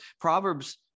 Proverbs